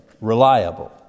reliable